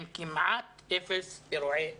עם כמעט אפס אירועי אלימות.